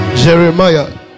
Jeremiah